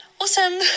Awesome